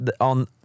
on